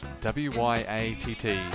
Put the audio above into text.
W-Y-A-T-T